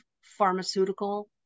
pharmaceutical